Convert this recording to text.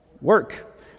Work